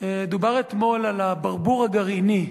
תודה רבה, דובר אתמול על הברבור הגרעיני,